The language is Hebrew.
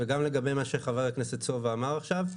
וגם לגבי מה שחבר הכנסת סובה אמר עכשיו,